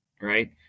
right